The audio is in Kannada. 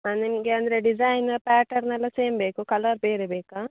ನಿಮಗೆ ಅಂದರೆ ಡಿಝೈನ ಪ್ಯಾಟರ್ನೆಲ್ಲ ಸೇಮ್ ಬೇಕು ಕಲರ್ ಬೇರೆ ಬೇಕಾ